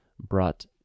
brought